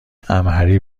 امهری